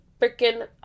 freaking